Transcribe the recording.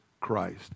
Christ